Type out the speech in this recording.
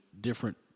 different